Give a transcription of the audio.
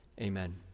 amen